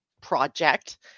project